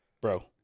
Bro